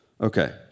Okay